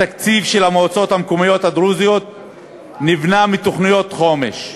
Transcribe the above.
התקציב של המועצות המקומיות הדרוזיות נבנה מתוכניות חומש,